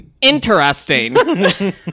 Interesting